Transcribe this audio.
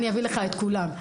אביא לך את כולם.